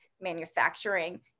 Manufacturing